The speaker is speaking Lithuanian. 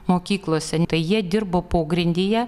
mokyklose tai jie dirbo pogrindyje